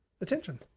attention